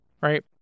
right